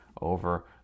over